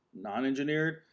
non-engineered